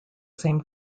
same